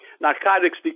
narcotics